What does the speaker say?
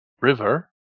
river